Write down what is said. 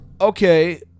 okay